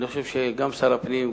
אני חושב שגם שר הפנים,